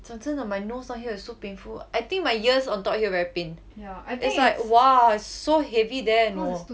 讲真的 my nose down here is so painful I think my ears on top here very pain is like !wah! so heavy there you know